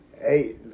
Hey